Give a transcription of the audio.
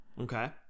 Okay